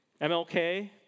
MLK